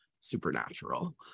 supernatural